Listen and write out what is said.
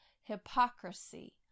hypocrisy